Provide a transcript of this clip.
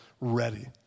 ready